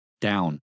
Down